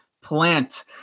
plant